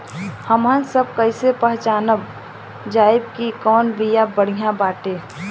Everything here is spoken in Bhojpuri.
हमनी सभ कईसे पहचानब जाइब की कवन बिया बढ़ियां बाटे?